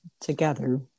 together